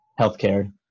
healthcare